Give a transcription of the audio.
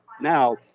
now